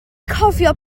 cofio